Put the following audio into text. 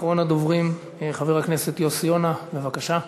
אחרון הדוברים, חבר הכנסת יוסי יונה, בבקשה.